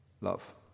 love